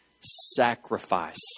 Sacrifice